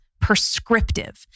prescriptive